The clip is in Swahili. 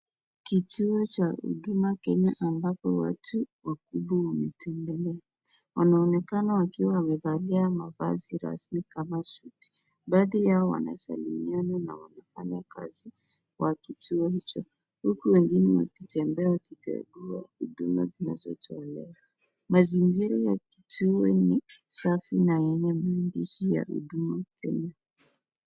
Kituo cha huduma Kenya, Ampapo watu wa huduma wametembelea wanaonekana wakiwa wamevalia mavazi kama suti, Baadhi yao wanafanya kazi kwa kituo hicho huko wangine wakitembea wakikagua huduma zinazotolea, Mazingira ya kituo ni safi na yenye maandishi ya huduma Kenya.